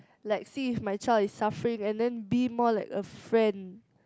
like see if my child is suffering and then be more like a friend